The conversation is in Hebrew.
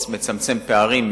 מצמצם פערים,